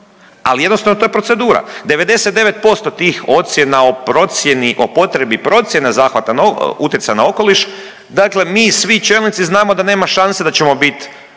ali jednostavno to je procedura. 99% tih ocjena o procjeni o potrebi procjene utjecaja na okoliš, dakle mi svi čelnici znamo da nema šanse da ćemo bit